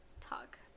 talk